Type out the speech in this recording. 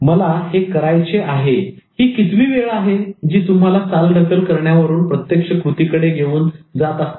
मला हे करायचे आहे ही कितवी वेळ आहे जी तुम्हाला चालढकल करण्यावरून प्रत्यक्ष कृती कडे घेऊन जात असते